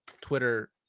Twitter